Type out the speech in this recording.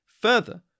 further